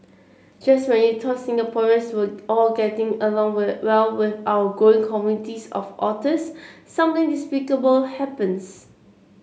just when you thought Singaporeans were all getting along well with our growing communities of otters something despicable happens